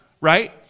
right